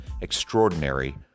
extraordinary